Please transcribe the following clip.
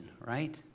right